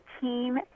team